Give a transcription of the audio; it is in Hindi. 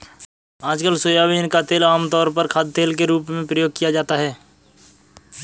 आजकल सोयाबीन का तेल आमतौर पर खाद्यतेल के रूप में प्रयोग किया जाता है